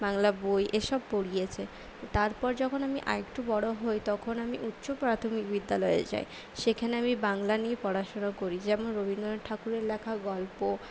বাংলা বই এসব পড়িয়েছে তারপর যখন আমি আরেকটু বড়ো হই তখন আমি উচ্চপ্রাথমিক বিদ্যালয়ে যাই সেখানে আমি বাংলা নিয়ে পড়াশুনো করি যেমন রবীন্দ্রনাথ ঠাকুরের লেখা গল্প